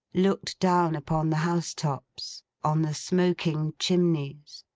looked down upon the house-tops, on the smoking chimneys,